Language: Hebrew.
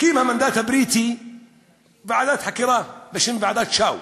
הקים המנדט הבריטי ועדת חקירה, בשם ועדת שו,